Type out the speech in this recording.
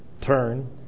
turn